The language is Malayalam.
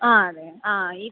ആ അതെ ആ ഈ